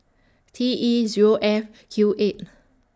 T E Zero F Q eight